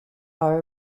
are